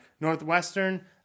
Northwestern